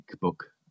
book